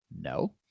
no